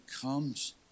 comes